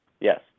Yes